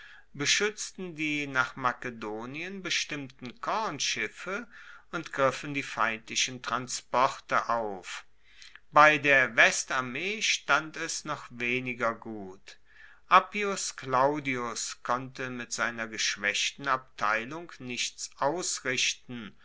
beschuetzten die nach makedonien bestimmten kornschiffe und griffen die feindlichen transporte auf bei der westarmee stand es noch weniger gut appius claudius konnte mit seiner geschwaechten abteilung nichts ausrichten